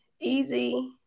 easy